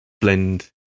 blend